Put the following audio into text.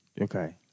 Okay